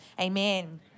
amen